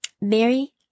Mary